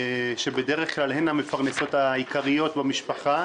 שבדרך כלל הן המפרנסות העיקריות במשפחה,